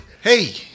hey